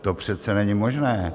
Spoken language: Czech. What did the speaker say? To přece není možné.